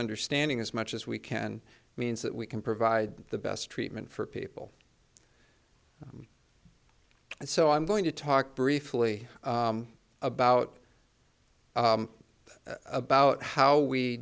understanding as much as we can means that we can provide the best treatment for people and so i'm going to talk briefly about about how we